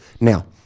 Now